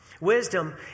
Wisdom